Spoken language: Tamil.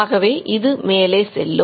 ஆகவே இது மேலே செல்லும்